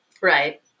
Right